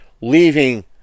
leaving